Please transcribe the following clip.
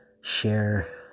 share